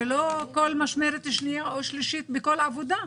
ולא כל משמרת שנייה או שלישית בכל עבודה?